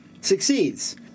succeeds